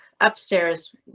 upstairs